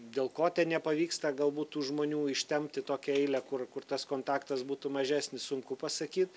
dėl ko ten nepavyksta galbūt tų žmonių ištempt į tokią eilę kur kur tas kontaktas būtų mažesnis sunku pasakyt